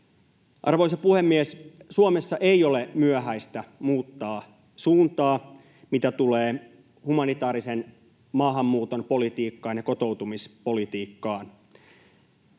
Arvoisa puhemies! Suomessa ei ole myöhäistä muuttaa suuntaa, mitä tulee humanitaarisen maahanmuuton politiikkaan ja kotoutumispolitiikkaan.